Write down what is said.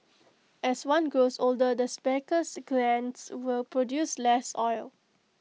as one grows older the sebaceous glands will produce less oil